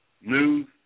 news